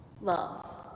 Love